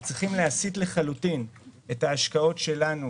אז צריך להסיט לחלוטין את ההשקעות שלנו,